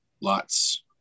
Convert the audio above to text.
Lots